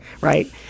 right